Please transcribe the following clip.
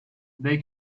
they